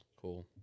Cool